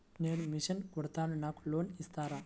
నేను మిషన్ కుడతాను నాకు లోన్ ఇస్తారా?